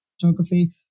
photography